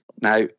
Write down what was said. Now